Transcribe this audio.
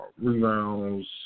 rebounds